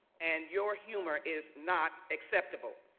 and your humor is not acceptable.